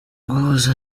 guhuza